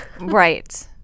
Right